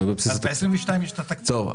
אם כן, בתקציב 2022 יש את התקציב.